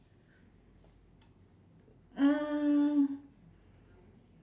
mm